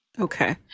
Okay